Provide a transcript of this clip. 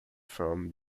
from